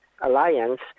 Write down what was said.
alliance